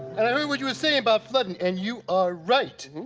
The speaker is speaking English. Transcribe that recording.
and, i heard what you were saying about flooding and you are right.